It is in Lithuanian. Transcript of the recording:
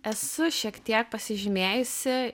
esu šiek tiek pasižymėjusi